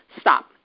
stop